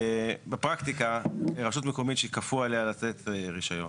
בפרקטיקה רשות מקומית שכפו עליה לתת רישיון.